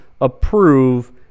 approve